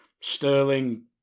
Sterling